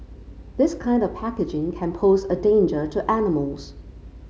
this kind of packaging can pose a danger to animals